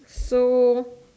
so